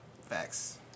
Facts